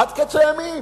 עד קץ הימים.